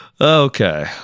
Okay